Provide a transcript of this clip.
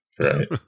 Right